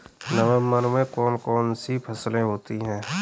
नवंबर में कौन कौन सी फसलें होती हैं?